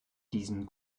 diesem